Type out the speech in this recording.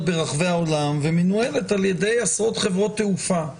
ברחבי העולם ומנוהלת על-ידי עשרות חברות תעופה.